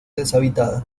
deshabitada